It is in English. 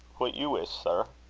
what you wish, sir.